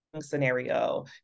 Scenario